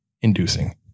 inducing